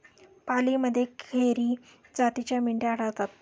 पालीमध्ये खेरी जातीच्या मेंढ्या आढळतात